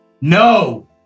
No